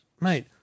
mate